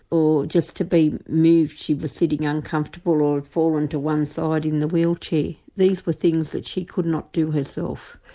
or just to be moved, she was sitting uncomfortable or had fallen to one side in the wheelchair. these were things that she could not do herself.